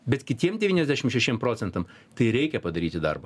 bet kitiem devyniasdešim šešiem procentam tai reikia padaryti darbą